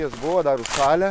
jis buvo dar užšalę